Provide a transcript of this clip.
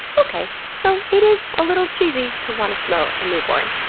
okay. so it is a little cheesy to want to smell a newborn.